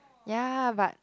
ya but